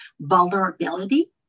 vulnerability